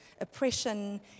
oppression